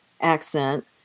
accent